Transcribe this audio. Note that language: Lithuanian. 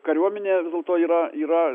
kariuomenė vis dėlto yra yra